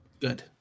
good